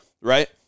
right